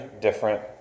different